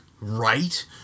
right